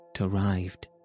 arrived